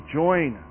join